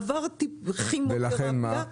עבר כימותרפיה.